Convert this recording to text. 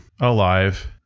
alive